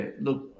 look